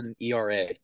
ERA